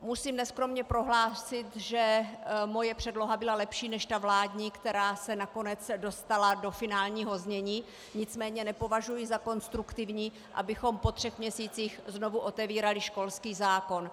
Musím neskromně prohlásit, že moje předloha byla lepší než ta vládní, která se nakonec dostala do finálního znění, nicméně nepovažuji za konstruktivní, abychom po třech měsících znovu otevírali školský zákon.